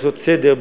לעשות סדר,